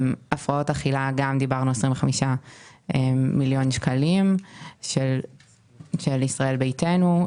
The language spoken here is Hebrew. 25 מיליון שקלים לטיפול בהפרעות אכילה הם של ישראל ביתנו,